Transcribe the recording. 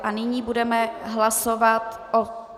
A nyní budeme hlasovat o...